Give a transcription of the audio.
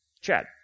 Chad